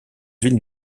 ville